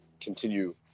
continue